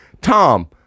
Tom